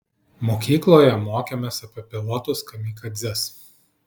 mokykloje mokėmės apie pilotus kamikadzes